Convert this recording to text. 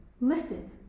Listen